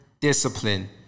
discipline